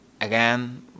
again